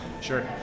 Sure